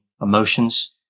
emotions